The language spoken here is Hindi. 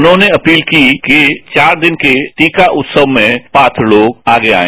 उन्होंने अपील की कि चार रिन के टीका उत्सव में पात्र लोग इसमें आगे आएं